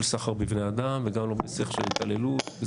סחר בבני אדם וגם לא בשיח של התעללות.